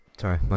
Sorry